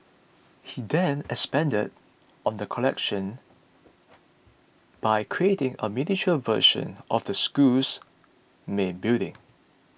he then expanded on the collection by creating a miniature version of the school's main building